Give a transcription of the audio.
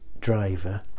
driver